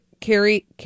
Carrie